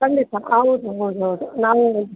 ಖಂಡಿತ ಹೌದು ಹೌದು ಹೌದು ನಾನೀಗ